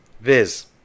viz